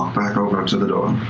back over to the door.